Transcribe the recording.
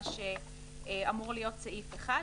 מה שאמור להיות סעיף 1,